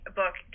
book